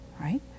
right